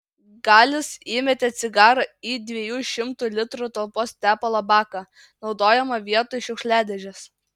galis įmetė cigarą į dviejų šimtų litrų talpos tepalo baką naudojamą vietoj šiukšliadėžės